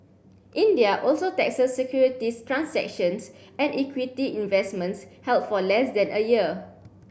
India also taxes securities transactions and equity investments held for less than a year